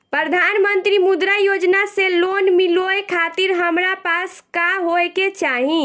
प्रधानमंत्री मुद्रा योजना से लोन मिलोए खातिर हमरा पास का होए के चाही?